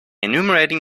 enumerating